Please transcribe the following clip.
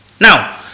Now